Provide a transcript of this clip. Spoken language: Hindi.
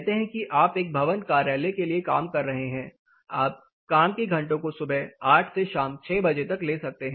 कहते हैं कि आप एक भवन कार्यालय के लिए काम कर रहे हैं आप काम के घंटो को सुबह 8 से शाम 6 बजे तक ले सकते हैं